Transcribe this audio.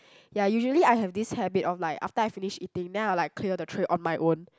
ya usually I have this habit of like after I finish eating then I will like clear the tray on my own